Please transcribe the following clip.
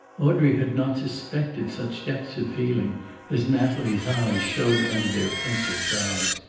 audrey had not suspected such depths of feeling as natalie's eyes showed under their penciled brows.